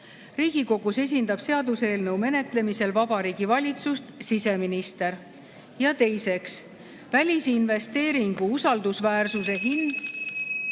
Riigikogus esindab seaduseelnõu menetlemisel Vabariigi Valitsust siseminister. Ja teiseks, välisinvesteeringu usaldusväärsuse